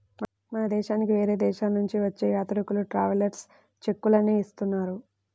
మన దేశానికి వేరే దేశాలనుంచి వచ్చే యాత్రికులు ట్రావెలర్స్ చెక్కులనే ఇస్తున్నారు